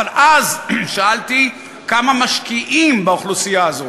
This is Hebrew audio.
אבל אז שאלתי: כמה משקיעים באוכלוסייה הזו?